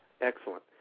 Excellent